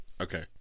Okay